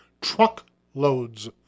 truckloads